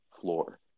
floor